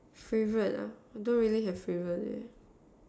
favorite ah I don't really have favorite leh